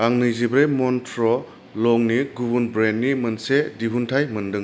आं नैजिब्रै मन्त्र' लंनि गुबुन ब्रान्डनि मोनसे दिहुनथाइ मोनदों